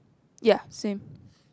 ya same